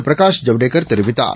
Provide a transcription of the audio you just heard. பிரகாஷ் ஜவடேக்கர் தெரிவித்தார்